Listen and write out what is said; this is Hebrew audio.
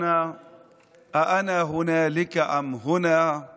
ובאחד משיריו הנפלאים הוא אומר, )